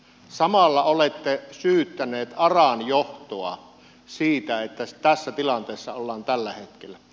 samalla olette syyttänyt aran johtoa siitä että tässä tilanteessa ollaan tällä hetkellä